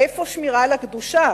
איפה שמירה על הקדושה,